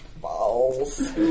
Balls